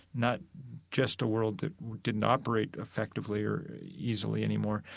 not just a world that didn't operate effectively or easily anymore,